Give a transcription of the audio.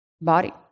body